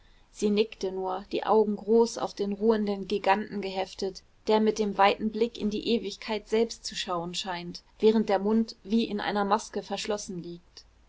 sie nickte nur die augen groß auf den ruhenden giganten geheftet der mit dem weiten blick in die ewigkeit selbst zu schauen scheint während der mund wie in einer maske verschlossen liegt